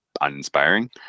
uninspiring